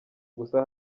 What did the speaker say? gusa